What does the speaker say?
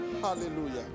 hallelujah